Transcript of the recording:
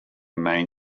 main